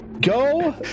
Go